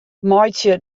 meitsje